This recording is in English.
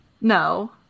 No